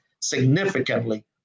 significantly